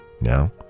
Now